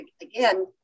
again